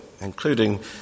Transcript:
including